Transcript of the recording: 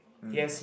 he has